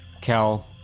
Cal